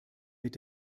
mit